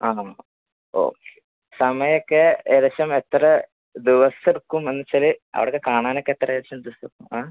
ആ ആ ഓ സമയം ഒക്കെ ഏകദേശം എത്ര ദിവസം എടുക്കും എന്നുവെച്ചാൽ അവിടെ ഒക്കെ കാണാനൊക്കെ എത്ര ഏകദേശം ദിവസം ആ